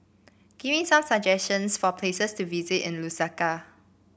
give me some suggestions for places to visit in Lusaka